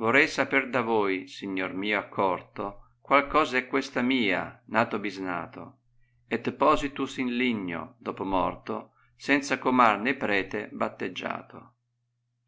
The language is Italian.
vorrei saper da voi signor mio accort qual cosa è questa mia nato bisnato et positus in ugno dopò morto senza cornar né p ete batteggiato